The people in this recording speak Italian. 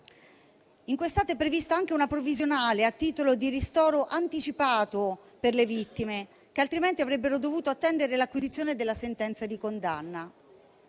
esame è prevista anche una provvisionale a titolo di ristoro anticipato per le vittime, che altrimenti avrebbero dovuto attendere l'acquisizione della sentenza di condanna.